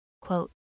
quote